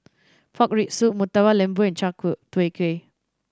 pork rib soup Murtabak Lembu and Chai Tow Kuay